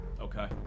okay